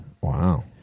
Wow